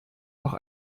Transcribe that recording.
noch